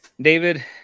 David